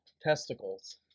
Testicles